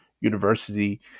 university